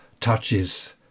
touches